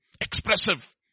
expressive